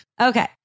Okay